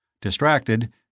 Distracted